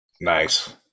Nice